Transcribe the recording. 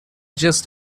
just